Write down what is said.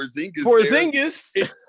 porzingis